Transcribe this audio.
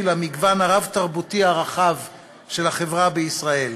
למגוון הרב-תרבותי הרחב של החברה בישראל,